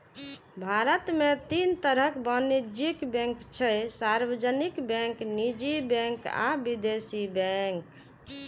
भारत मे तीन तरहक वाणिज्यिक बैंक छै, सार्वजनिक बैंक, निजी बैंक आ विदेशी बैंक